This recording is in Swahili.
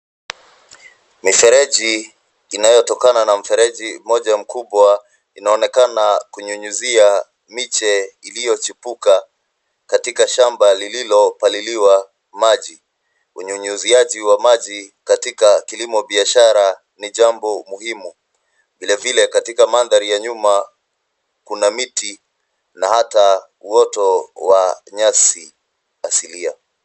Mifereji inayotokana na mfereji mmoja mkubwa, inaonekana kunyunyizia miche iliyochipuka katika shamba lililopaliliwa maji. Unyunyiziaji wa maji katika kilimo biashara ni jambo muhimu. Vilevile, katika mandhari ya nyuma kuna uoto wa nyasi asilia.